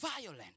violent